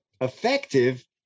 effective